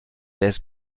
des